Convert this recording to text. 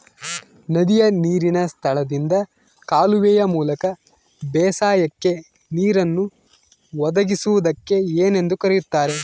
ನದಿಯ ನೇರಿನ ಸ್ಥಳದಿಂದ ಕಾಲುವೆಯ ಮೂಲಕ ಬೇಸಾಯಕ್ಕೆ ನೇರನ್ನು ಒದಗಿಸುವುದಕ್ಕೆ ಏನೆಂದು ಕರೆಯುತ್ತಾರೆ?